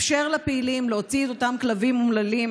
אפשר לפעילים להוציא את אותם כלבים אומללים